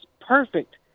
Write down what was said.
perfect